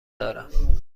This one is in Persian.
دارم